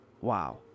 Wow